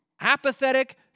apathetic